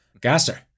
Gasser